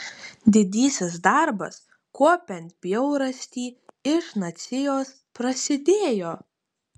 didysis darbas kuopiant bjaurastį iš nacijos prasidėjo